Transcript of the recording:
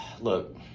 Look